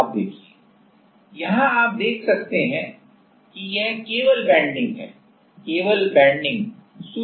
आप देखिए यहां आप देख सकते हैं कि यह शुद्ध बेन्डिंग का केस है